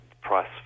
price